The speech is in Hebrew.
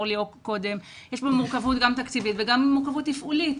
יש בו מורכבות גם תקציבית וגם מורכבות תפעולית.